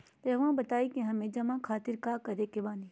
रहुआ बताइं कि हमें जमा खातिर का करे के बानी?